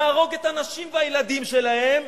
נהרוג את הנשים והילדים שלהם,